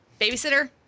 babysitter